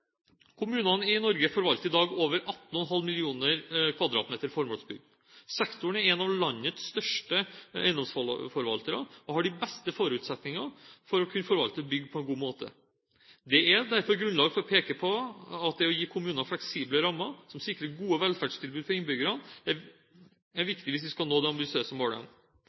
Kommunene i Norge forvalter i dag over 18,5 millioner kvadratmeter formålsbygg. Sektoren er en av landets største eiendomsforvaltere og har de beste forutsetninger for å kunne forvalte bygg på en god måte. Det er derfor grunnlag for å peke på at det å gi kommunene fleksible rammer som sikrer gode velferdstilbud for innbyggerne, er viktig hvis vi skal nå de ambisiøse målene.